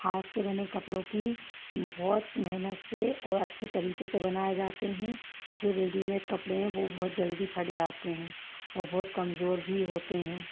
हाथ से बने कपड़ों की बहुत मेहनत से और अच्छे तरीके से बनाए जाते हैं जो रेडीमेड कपड़े हैं वह बहुत जल्दी फट जाते हैं और बहुत कमजोर भी होते हैं